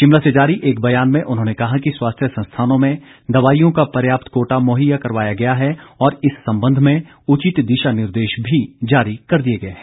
शिमला से जारी एक बयान में उन्होंने कहा कि स्वास्थ्य संस्थानों में दवाईयों का पर्याप्त कोटा मुहैया करवाया गया है और इस संबंध में उचित दिशा निर्देश भी जारी कर दिए गए हैं